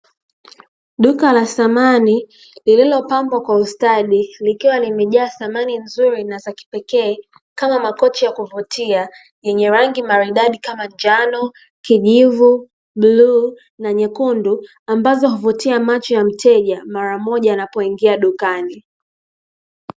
Duka la samani lililopambwa kwa ustadi, likiwa limejaa samani nzuri na za kipekee kama makochi ya kuvutia yenye rangi maridadi kama: Njano, kijivu, bluu na nyekundu ambazo huvutia macho ya mteja mara moja anapoingia dukani.